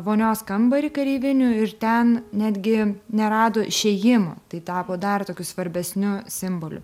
vonios kambarį kareivinių ir ten netgi nerado išėjimo tai tapo dar tokiu svarbesniu simboliu